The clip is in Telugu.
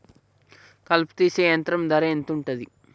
కలుపు తీసే యంత్రం ధర ఎంతుటది?